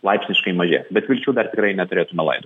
laipsniškai mažės bet vilčių dar tikrai neturėtume laidot